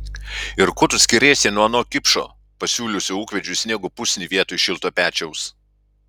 ir kuo tu skiriesi nuo ano kipšo pasiūliusio ūkvedžiui sniego pusnį vietoj šilto pečiaus